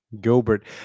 Gobert